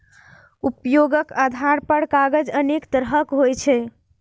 उपयोगक आधार पर कागज अनेक तरहक होइ छै